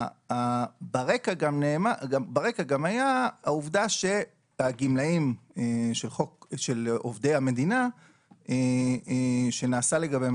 ברקע גם היה העובדה שהגמלאים של עובדי המדינה שנעשה לגביהם